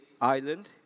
island